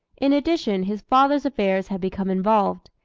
in addition, his father's affairs had become involved.